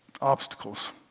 obstacles